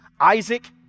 Isaac